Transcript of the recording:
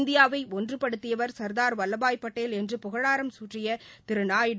இந்தியாவை ஒன்றுபடுத்தியவர் சர்தார் வல்லபாய் பட்டேல் என்று புகழாரம் சூட்டிய திரு நாயுடு